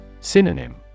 Synonym